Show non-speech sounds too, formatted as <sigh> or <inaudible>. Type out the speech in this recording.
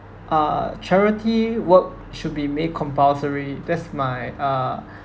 uh charity work should be made compulsory that's my uh <breath>